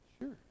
Sure